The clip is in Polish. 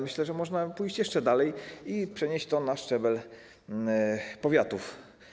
Myślę, że można pójść jeszcze dalej i przenieść to na szczebel powiatów.